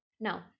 Now